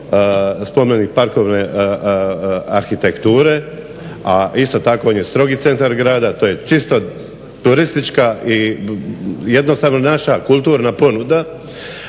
spomenik parkovne arhitekture, a isto tako on je strogi centar grada. To je čisto turistička i jednostavno naša kulturna ponuda,